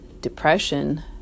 depression